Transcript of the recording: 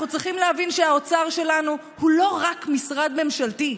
אנחנו צריכים להבין שהאוצר שלנו הוא לא רק משרד ממשלתי.